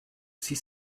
sie